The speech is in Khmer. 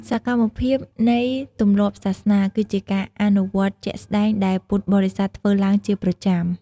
សកម្មភាពនៃទម្លាប់សាសនា គឺជាការអនុវត្តជាក់ស្ដែងដែលពុទ្ធបរិស័ទធ្វើឡើងជាប្រចាំ។